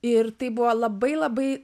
ir tai buvo labai labai